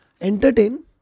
entertain